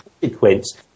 consequence